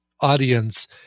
audience